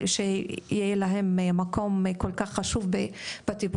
שיהיה להם מקום כל כך חשוב בטיפול.